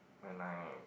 when I